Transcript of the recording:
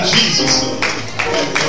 Jesus